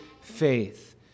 faith